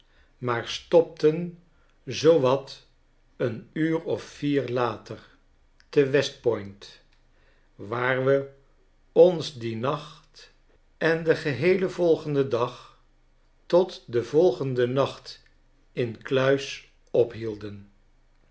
maar stopten zoo wat een uur of vier later te westpoint waar we ons dien nacht en den geheelen volgenden dag tot den volgenden nacht incluis ophielden